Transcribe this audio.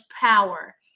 power